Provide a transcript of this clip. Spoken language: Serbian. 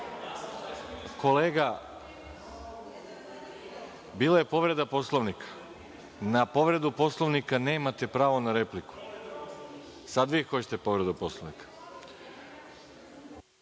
Kolega, bila je povreda Poslovnika, a na povredu Poslovnika nemate pravo na repliku. Dobro, sada vi hoćete povredu Poslovnika.